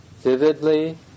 vividly